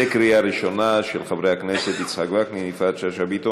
של חברי הכנסת יצחק וקנין ויפעת שאשא ביטון,